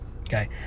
Okay